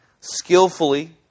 skillfully